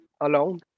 alone